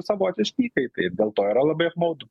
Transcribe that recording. savotiški įkaitai dėl to yra labai apmaudu